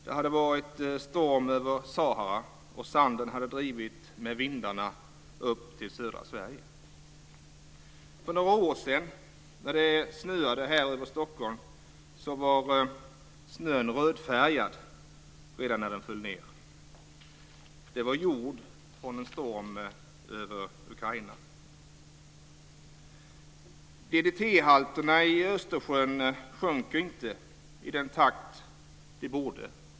Det hade varit storm över Sahara, och sanden hade drivit med vindarna upp till södra För några år sedan när det snöade här över Stockholm var snön rödfärgad redan när den föll ned. Det var jord från en storm över Ukraina. DDT-halterna i Östersjön sjunker inte i den takt de borde.